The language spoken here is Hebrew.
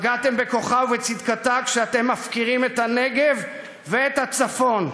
פגעתם בכוחה ובצדקתה כשאתם מפקירים את הנגב ואת הצפון,